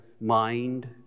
mind